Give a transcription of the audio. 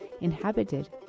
inhabited